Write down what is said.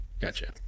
Gotcha